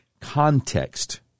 context